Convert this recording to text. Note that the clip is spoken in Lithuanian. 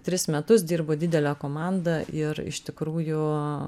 tris metus dirbo didelė komanda ir iš tikrųjų